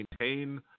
maintain